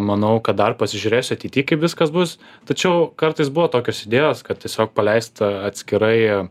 manau kad dar pasižiūrėsiu ateity kaip viskas bus tačiau kartais buvo tokios idėjos kad tiesiog paleist atskirai